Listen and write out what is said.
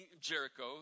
Jericho